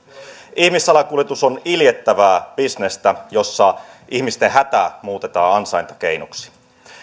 ihmissalakuljetus on iljettävää bisnestä jossa ihmisten hätä muutetaan ansaintakeinoksi